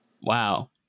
Wow